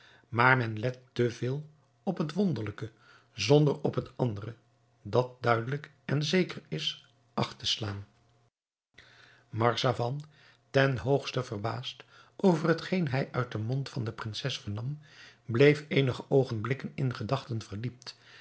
maar men let te veel op het wonderlijke zonder op het andere dat duidelijk en zeker is acht te slaan marzavan ten hoogste verbaasd over hetgeen hij uit den mond van de prinses vernam bleef eenige oogenblikken in gedachten verdiept